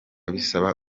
bisaba